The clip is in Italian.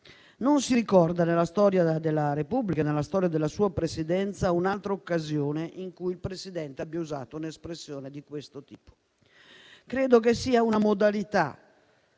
Non si ricorda nella storia della Repubblica e nella storia della sua Presidenza un'altra occasione in cui il Presidente abbia usato un'espressione di questo tipo. Credo che siano una modalità